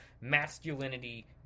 masculinity